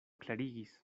klarigis